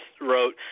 wrote